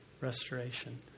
restoration